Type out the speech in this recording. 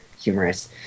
humorous